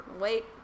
Wait